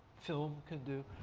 film can do.